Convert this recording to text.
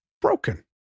broken